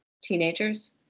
teenagers